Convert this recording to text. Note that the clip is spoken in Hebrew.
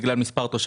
אם בגלל מספר תושבים,